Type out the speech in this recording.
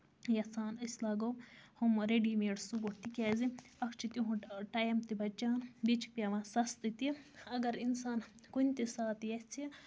یَژھان أسۍ لاگو ہُم ریڈی میڈ سوٗٹ تِکیازِ اکھ چھُ تِہُنڈ ٹایم تہِ بَچان بیٚیہِ چھُ پیوان سَستہٕ تہِ اَگر اِنسان کُنہِ تہِ ساتہٕ ییٚژھِ